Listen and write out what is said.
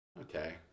Okay